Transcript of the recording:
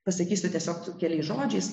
pasakysiu tiesiog keliais žodžiais